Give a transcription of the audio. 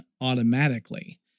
automatically